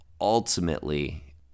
ultimately